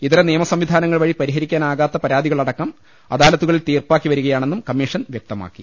ഇതര നിയമസംവിധാനങ്ങൾ വഴി പരിഹരിക്കാനാകാത്ത പരാ തികളടക്കം അദാലത്തുകളിൽ തീർപ്പാക്കി വരികയാണെന്നും കമ്മീ ഷൻ കൊല്ലത്ത് വ്യക്തമാക്കി